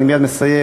אני מייד מסיים,